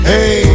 Hey